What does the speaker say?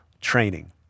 training